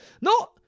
No